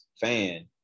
fan